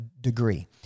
degree